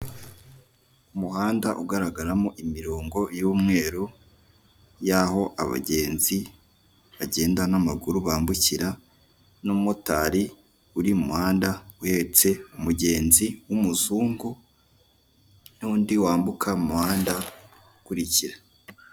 Umuhanda ugaragaramo imirongo y'umweru yaho abagenzi bagenda namaguru bambukira n'umumotari uhetse umugenzi wumuzungu, n'undi wambuka mu muhanda ukurikira.